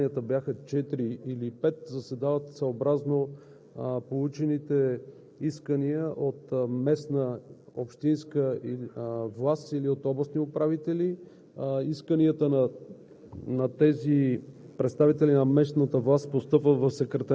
на общините. Миналата година мисля, че заседанията бяха четири или пет. Заседават съобразно получените искания от местна общинска власт или от областни управители.